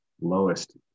lowest